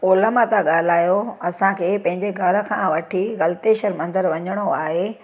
ओला मां था ॻाल्हायो असांखे पंहिंजे घर खां वठी हलकेश्वर मंदिर वञिणो आहे